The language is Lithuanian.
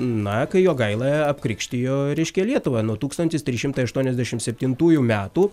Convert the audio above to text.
na kai jogaila apkrikštijo reiškia lietuvą nu tūkstantis trys šimtai aštuoniasdešim septintųjų metų